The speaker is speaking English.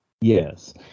yes